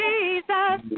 Jesus